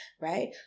right